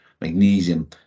magnesium